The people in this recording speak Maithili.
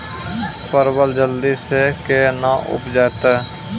परवल जल्दी से के ना उपजाते?